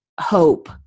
hope